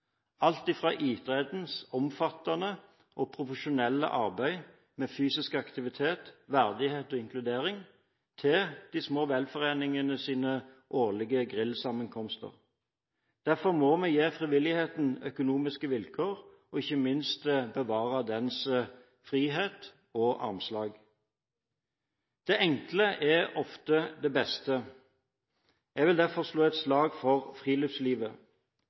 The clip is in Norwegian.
alt fra idrettens omfattende og profesjonelle arbeid med fysisk aktivitet, verdighet og inkludering, til de små velforeningenes årlige grillsammenkomster. Derfor må vi gi frivilligheten økonomiske vilkår og ikke minst bevare dens frihet og armslag. Det enkle er ofte det beste. Jeg vil derfor slå et slag for friluftslivet,